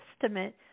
Testament